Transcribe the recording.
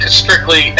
strictly